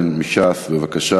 במסגרת